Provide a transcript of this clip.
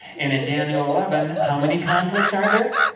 and in daniel eleven, how many conflicts are there?